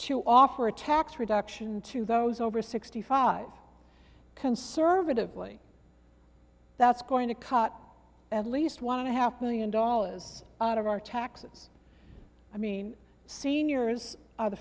to offer a tax reduction to those over sixty five conservatively that's going to cut at least one and a half million dollars out of our taxes i mean seniors